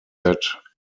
that